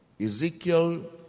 Ezekiel